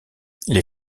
les